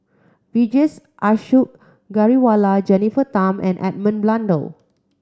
Vijesh Ashok Ghariwala Jennifer Tham and Edmund Blundell